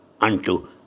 unto